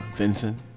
Vincent